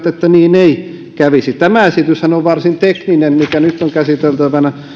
että niin ei kävisi tämä esityshän on varsin tekninen mikä nyt on käsiteltävänä